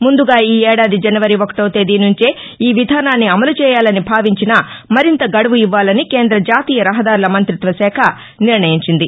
ముందుగా ఈ ఏడాది జనవరి ఒకటో తేదీ నుంచే ఈ విధానాన్ని అమలు చేయాలని భావించినా మరింత గడువు ఇవ్వాలని కేంద్ర జాతీయ రహదారుల మంతిత్వ శాఖ నిర్ణయించింది